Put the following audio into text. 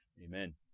Amen